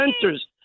centers